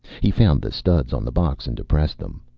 he found the studs on the box and depressed them.